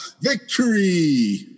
Victory